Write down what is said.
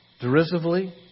derisively